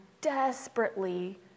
desperately